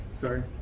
Sorry